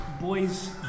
Boys